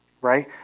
right